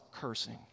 cursing